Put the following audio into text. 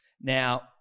Now